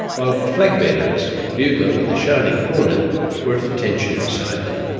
while flag-bearers and a bugler with a shining cornet were at attention beside them.